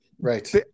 Right